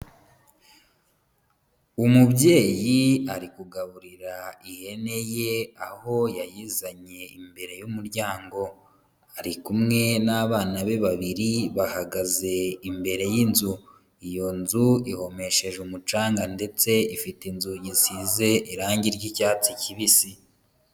Umubyeyi ari kugaburira ihene ye aho yayizanye imbere y'umuryango, ari kumwe n'abana be babiri bahagaze imbere y'inzu, iyo nzu ihomesheje umucanga ndetse ifite inzugi zisize irangi ry'icyatsi kibisi.